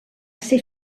ser